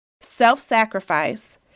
self-sacrifice